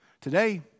Today